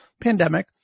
pandemic